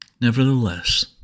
Nevertheless